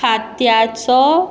खात्याचो